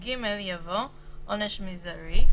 368ג יבוא: "עונש מזערי,